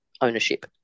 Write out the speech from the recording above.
ownership